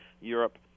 Europe